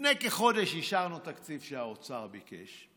לפני כחודש אישרנו תקציב שהאוצר ביקש.